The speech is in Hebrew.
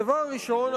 הדבר הראשון,